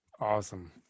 Awesome